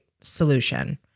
solution